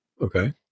okay